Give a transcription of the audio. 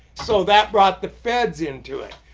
so that brought the feds into it,